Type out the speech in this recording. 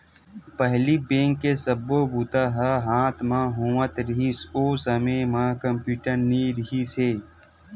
पहिली बेंक के सब्बो बूता ह हाथ म होवत रिहिस, ओ समे म कम्प्यूटर नइ रिहिस हे